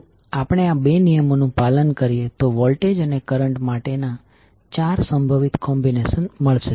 જો આપણે આ બે નિયમોનું પાલન કરીએ તો વોલ્ટેજ અને કરંટ માટેના ચાર સંભવિત કોમ્બિનેશન મળશે